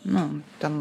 nu ten